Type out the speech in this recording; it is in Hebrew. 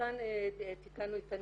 שבעקבותיהן תיקנו את הנהלים.